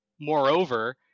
Moreover